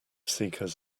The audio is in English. seekers